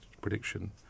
prediction